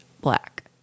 black